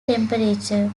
temperature